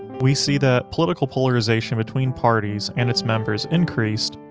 we see the political polarization between parties and its members increased,